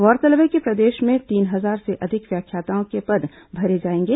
गौरतलब है कि प्रदेश में तीन हजार से अधिक व्याख्याताओं के पद भरे जाएंगे